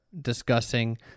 discussing